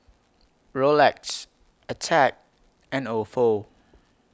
Rolex Attack and Ofo